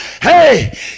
Hey